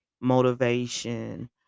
motivation